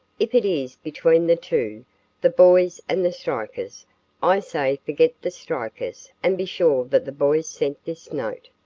if it is between the two the boys and the strikers i say forget the strikers and be sure that the boys sent this note.